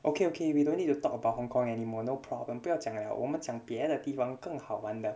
okay okay we don't need to talk about hong-kong anymore no problem 不要讲了我们讲别的地方更好玩的